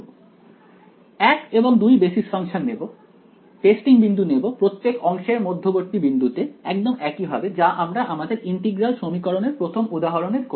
1 এবং 2 basis function নেব testing বিন্দু নেব প্রত্যেক অংশের মধ্যবর্তী বিন্দুতে একদম একইভাবে যা আমরা আমাদের ইন্টিগ্রাল সমীকরণের প্রথম উদাহরণে করেছিলাম